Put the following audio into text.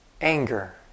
Anger